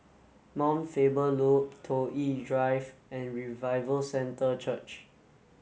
Mount Faber Loop Toh Yi Drive and Revival Centre Church